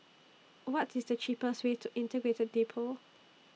What IS The cheapest Way to Integrated Depot